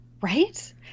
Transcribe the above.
right